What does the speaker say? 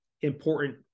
important